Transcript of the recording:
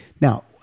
Now